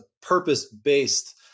purpose-based